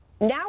Now